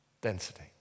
density